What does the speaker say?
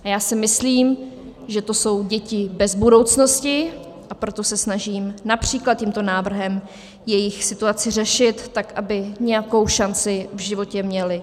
A myslím si, že to jsou děti bez budoucnosti, a proto se snažím například tímto návrhem jejich situaci řešit tak, aby nějakou šanci v životě měly.